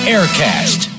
Aircast